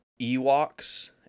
Ewoks